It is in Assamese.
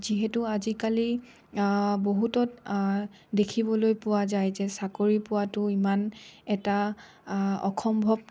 যিহেতু আজিকালি বহুতত দেখিবলৈ পোৱা যায় যে চাকৰি পোৱাতো ইমান এটা অসম্ভৱ